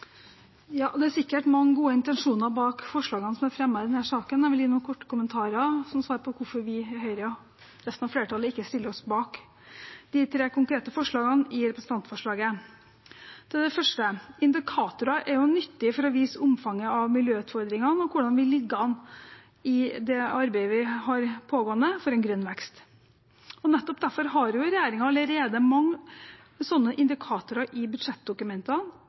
svar på hvorfor vi i Høyre og resten av flertallet ikke stiller oss bak de tre konkrete forslagene i representantforslaget. Til det første: Indikatorer er jo nyttig for å vise omfanget av miljøutfordringene og hvordan vi ligger an i det arbeidet vi har pågående for en grønn vekst. Nettopp derfor har regjeringen allerede mange slike indikatorer i budsjettdokumentene